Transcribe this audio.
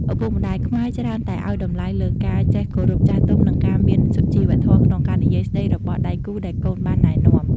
ឪពុកម្ដាយខ្មែរច្រើនតែឱ្យតម្លៃលើការចេះគោរពចាស់ទុំ និងការមានសុជីវធម៌ក្នុងការនិយាយស្តីរបស់ដៃគូដែលកូនបានណែនាំ។